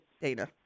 Dana